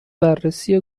بررسی